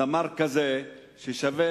זמר כזה, ששווה